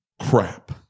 crap